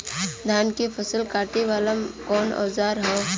धान के फसल कांटे वाला कवन औजार ह?